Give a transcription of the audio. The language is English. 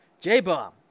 J-Bomb